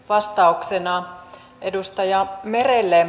vastauksena edustaja merelle